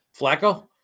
Flacco